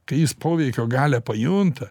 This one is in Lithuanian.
kai jis poveikio galią pajunta